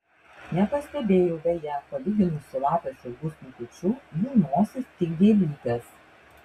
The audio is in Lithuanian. nepastebėjau beje palyginus su lapės ilgu snukučiu jų nosys tik gėlytės